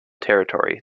territory